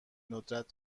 ندرت